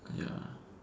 ya